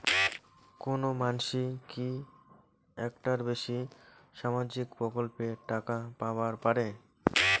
কোনো মানসি কি একটার বেশি সামাজিক প্রকল্পের টাকা পাবার পারে?